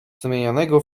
zamienionego